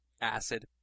acid